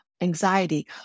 anxiety